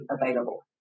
available